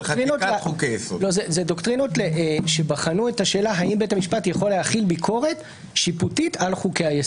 בחנו את השאלה האם בית המשפט יכול להחיל ביקורת שיפוטית על חוקי היסוד.